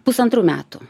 pusantrų metų